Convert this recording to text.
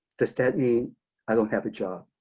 does that mean i don't have a job?